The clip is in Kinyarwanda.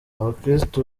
abakirisitu